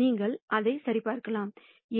நீங்கள் அதை சரிபார்க்கலாம்